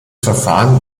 verfahren